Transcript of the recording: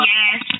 Yes